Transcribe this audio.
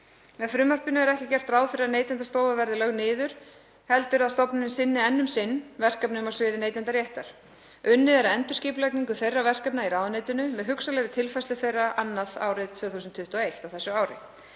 Með frumvarpinu er ekki gert ráð fyrir að Neytendastofa verði lögð niður heldur að stofnunin sinni enn um sinn verkefnum á sviði neytendaréttar. Unnið er að endurskipulagningu þeirra verkefna í ráðuneytinu með hugsanlegri tilfærslu þeirra annað árið 2021, á þessu ári.